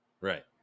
right